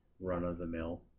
Run-of-the-mill